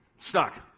Stuck